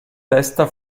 testa